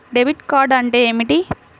Debit card అంటే ఏమిటి?